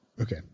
Okay